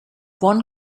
one